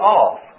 off